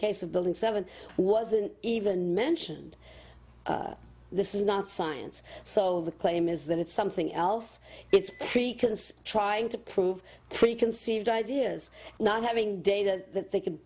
case of building seven wasn't even mentioned this is not science so the claim is that it's something else it's preconceived trying to prove preconceived ideas not having day that they c